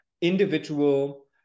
individual